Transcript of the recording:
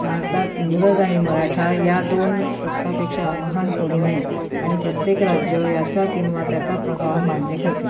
भारतात इंग्रज आणि मराठा या दोन सत्तापेक्षा महान कोणी नाही आणि प्रत्येक राज्य याचा किंवा त्याचा प्रभाव मान्य करते